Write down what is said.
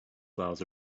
flowers